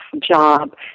job